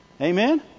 Amen